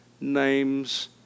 name's